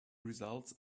results